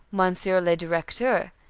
monsieur le directeur,